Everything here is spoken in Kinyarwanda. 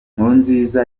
nkurunziza